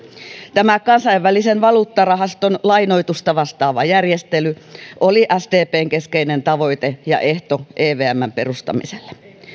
tämä kansainvälisen valuuttarahaston lainoitusta vastaava järjestely oli sdpn keskeinen tavoite ja ehto evmn perustamiselle